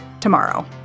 tomorrow